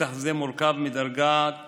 מתח זה מורכב מדרגת תחילה,